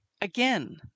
Again